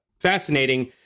fascinating